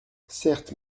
certes